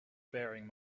faring